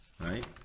right